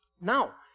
Now